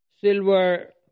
...silver